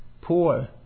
poor